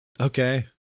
Okay